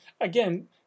again